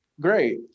great